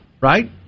Right